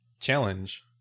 challenge